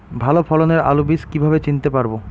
ভালো ফলনের আলু বীজ কীভাবে চিনতে পারবো?